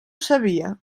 sabia